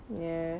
ya